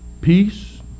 peace